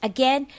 Again